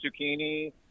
zucchini